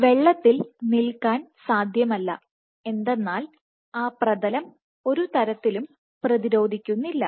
വെള്ളത്തിൽ നിൽക്കാൻ സാധ്യമല്ല എന്തെന്നാൽ ആ പ്രതലം ഒരുതരത്തിലും പ്രതിരോധിക്കുന്നില്ല